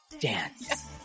dance